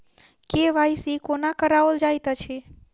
KYC कोना कराओल जाइत अछि?